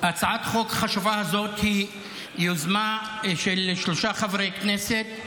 הצעת החוק החשובה הזאת היא יוזמה של שלושה חברי כנסת,